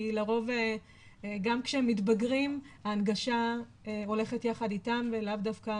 כי לרוב גם כשהם מתבגרים ההנגשה הולכת יחד איתם ולאו דווקא